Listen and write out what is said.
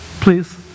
Please